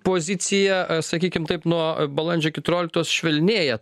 pozicija sakykim taip nuo balandžio keturioliktos švelnėja